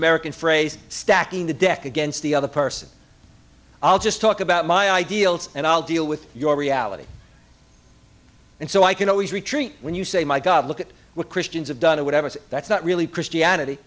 american phrase stacking the deck against the other person i'll just talk about my ideals and i'll deal with your reality and so i can always retreat when you say my god look at what christians have done or whatever that's not really christianity